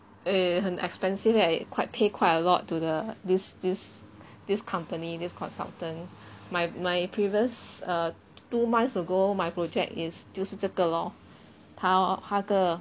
eh 很 expensive eh quite pay quite a lot to the this this this company this consultant my my previous err two months ago my project is 就是这个咯他哦那个